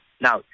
Now